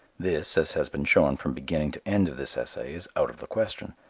this, as has been shown from beginning to end of this essay, is out of the question.